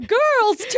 girls